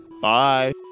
Bye